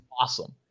awesome